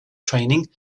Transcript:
training